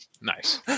Nice